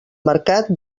mercat